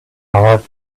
heart